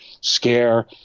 scare